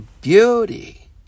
beauty